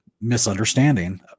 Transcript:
misunderstanding